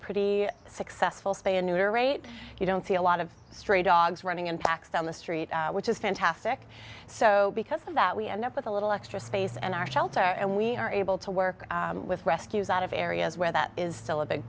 pretty successful spay and neuter rate you don't see a lot of stray dogs running in packs down the street which is fantastic so because of that we end up with a little extra space and our shelter and we are able to work with rescues out of areas where that is still a big